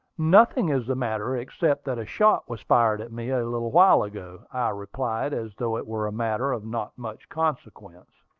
nothing is the matter, except that a shot was fired at me a little while ago, i replied, as though it were a matter of not much consequence.